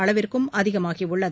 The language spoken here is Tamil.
அளவிற்கு அதிகமாகியுள்ளது